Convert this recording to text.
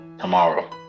tomorrow